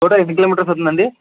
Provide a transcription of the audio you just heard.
total ఎన్ని kilometres అవుతుందండీ